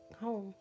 home